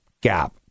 Gap